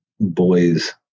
boys